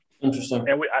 Interesting